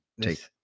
take